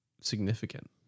significant